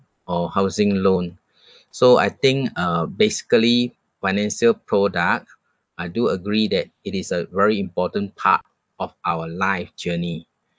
or housing loan so I think uh basically financial product I do agree that it is a very important part of our life journey